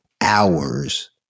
hours